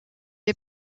est